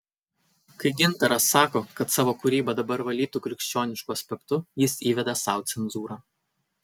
kai gintaras sako kad savo kūrybą dabar valytų krikščionišku aspektu jis įveda sau cenzūrą